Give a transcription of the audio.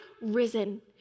risen